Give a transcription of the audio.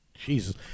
Jesus